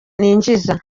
ninjiza